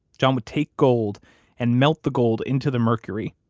john would take gold and melt the gold into the mercury,